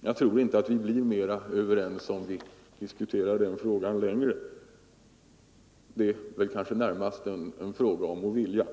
Jag tror inte att vi blir mera överens om vi diskuterar den saken ytterligare. Det är väl kanske närmast en fråga om att vilja.